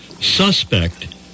suspect